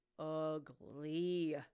Ugly